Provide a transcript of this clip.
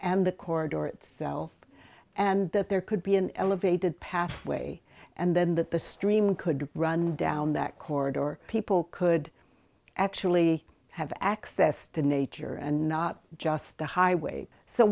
and the corridor or itself and that there could be an elevated pathway and then that the stream could run down that corridor or people could actually have access to nature and not just the highway so